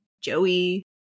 Joey